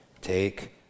Take